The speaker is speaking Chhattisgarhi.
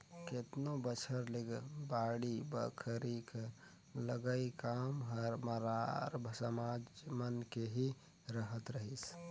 केतनो बछर ले बाड़ी बखरी कर लगई काम हर मरार समाज मन के ही रहत रहिस